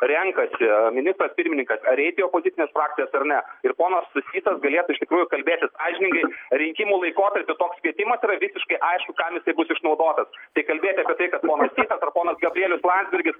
renkasi ministras pirmininkas ar eiti į opozicines frakcijas ar ne ir ponas sysas galėtų iš tikrųjų kalbėti sąžiningai rinkimų laikotarpiu toks kvietimas yra visiškai aišku kam jisai bus išnaudotas tai kalbėti apie tai kad ponas sysas ar ponas gabrielius landsbergis